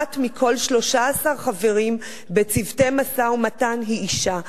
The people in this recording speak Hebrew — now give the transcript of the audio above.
אחת מכל 13 חברים בצוותי משא-ומתן היא אשה.